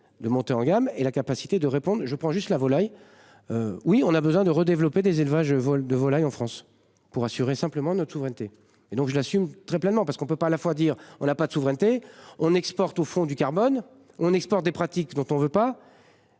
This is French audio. de monter en gamme et la capacité de répondre, je prends juste la volaille. Oui on a besoin de redévelopper des élevages vol de volaille en France pour assurer simplement notre souveraineté et donc je l'assume très pleinement parce qu'on ne peut pas à la fois dire, on n'a pas de souveraineté on exporte au fond du carbone on exporte des pratiques dont on ne veut pas.